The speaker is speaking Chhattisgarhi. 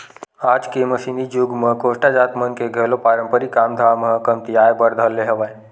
आज के मसीनी जुग म कोस्टा जात मन के घलो पारंपरिक काम धाम ह कमतियाये बर धर ले हवय